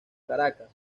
caracas